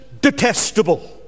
detestable